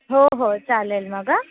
हो हो चालेल मग हां